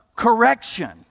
Correction